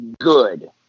good